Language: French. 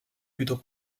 plutôt